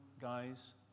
guys